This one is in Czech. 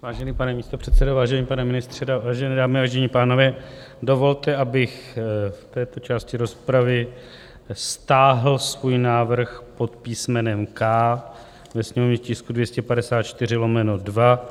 Vážený pane místopředsedo, vážený pane ministře, vážené dámy, vážení pánové, dovolte, abych v této části rozpravy stáhl svůj návrh pod písmenem K ve sněmovním tisku 254/2.